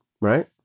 Right